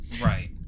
Right